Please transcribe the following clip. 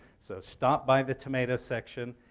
so stop by the tomato section,